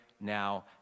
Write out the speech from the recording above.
now